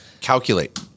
calculate